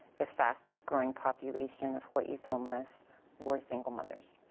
the fastest growing population of hawai'i's homeless were single mothers.